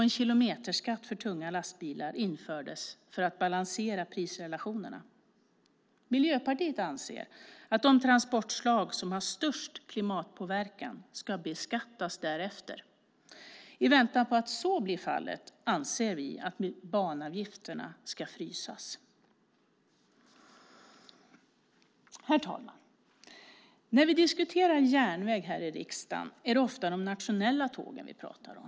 En kilometerskatt för tunga lastbilar infördes för att balansera prisrelationerna. Miljöpartiet anser att de transportslag som har störst klimatpåverkan ska beskattas därefter. I väntan på att så blir fallet anser vi att banavgifterna ska frysas. Herr talman! När vi diskuterar järnväg här i riksdagen är det ofta de nationella tågen vi talar om.